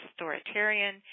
authoritarian